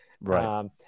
Right